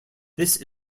this